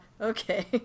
okay